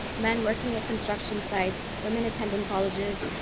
men working at construction sites, women attending colleges,